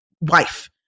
wife